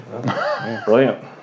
Brilliant